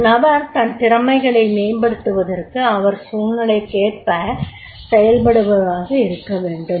ஒரு நபர் தன் திறமைகளை மேம்படுத்துவதற்கு அவர் சூழ்னிலைக்கேற்ப செயல்படுபவராக இருக்கவேண்டும்